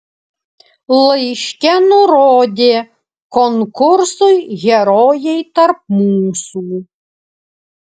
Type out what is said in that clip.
laiške nurodė konkursui herojai tarp mūsų